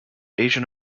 asian